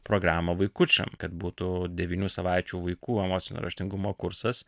programą vaikučiam kad būtų devynių savaičių vaikų emocinio raštingumo kursas